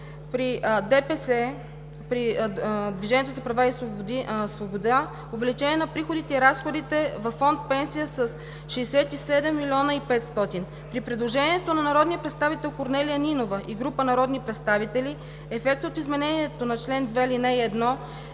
виждаме при „Движението за права и свобода“ увеличение на приходите и разходите във Фонд „Пенсии“ с 67 милиона 500 хиляди. При предложението на народния представител Корнелия Нинова и група народни представители ефектът от изменението на чл. 2, ал. 1 е